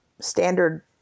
standard